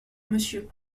monsieur